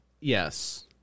Yes